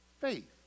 faith